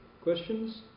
questions